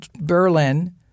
Berlin